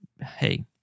hey